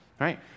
right